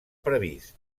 previst